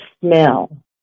smell